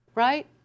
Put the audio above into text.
Right